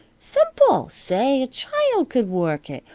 simple! say, a child could work it.